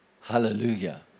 Hallelujah